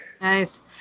Nice